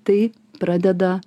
tai pradeda